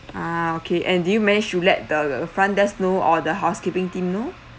ah okay and do you manage to let the front desk know or the housekeeping team know